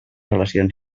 relacions